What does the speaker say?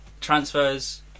transfers